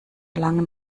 langen